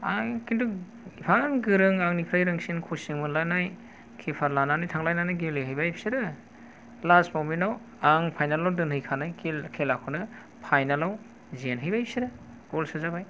खिन्थु गोबां गोरों आंनिख्रुइ गोरोंसिन कसिं मोनलायनाय किपार लानानै थांलायनानै गेलेहैबाय बिसोरो लास्ट मुमेन्ट आव आं फाइनेल आव दोनहैखानाय खेलाखौनो फाइनेल आव जेनहैबाय बिसोरो गल सोजाबाय